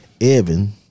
Evan